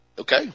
Okay